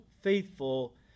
faithful